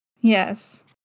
Yes